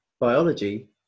biology